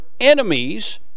enemies